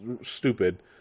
stupid